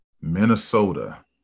Minnesota